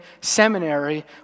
seminary